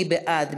מי בעד?